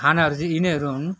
खानाहरू चाहिँ यिनैहरू हुन्